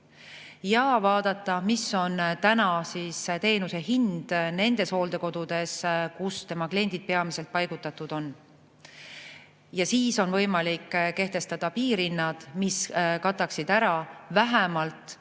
ja vaadata, mis on teenuse hind nendes hooldekodudes, kuhu tema inimesed peamiselt paigutatud on. Siis on võimalik kehtestada piirhinnad, mis kataksid ära vähemalt paari